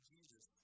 Jesus